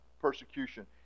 persecution